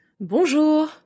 Bonjour